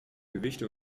gewichte